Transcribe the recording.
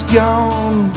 gone